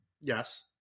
Yes